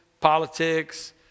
politics